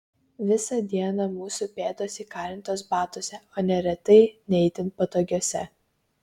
visą dieną mūsų pėdos įkalintos batuose o neretai ne itin patogiuose